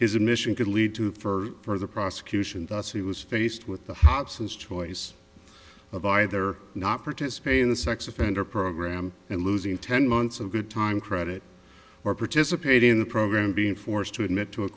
his admission could lead to for the prosecution thus he was faced with the hobson's choice of either not participate in the sex offender program and losing ten months of good time credit or participate in the program being forced to admit to a